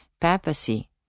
papacy